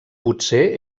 potser